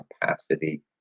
capacity